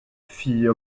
fit